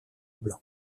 blanc